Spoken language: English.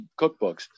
cookbooks